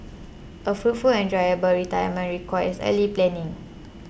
a fruitful and enjoyable retirement requires early planning